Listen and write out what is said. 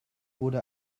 wurde